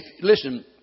Listen